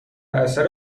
اثر